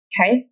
Okay